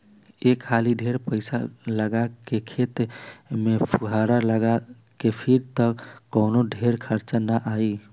एक हाली ढेर पईसा लगा के खेत में फुहार लगा के फिर त कवनो ढेर खर्चा ना आई